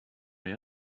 way